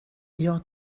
jag